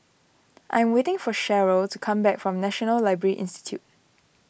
I am waiting for Cheryll to come back from National Library Institute